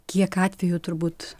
kiek atvejų turbūt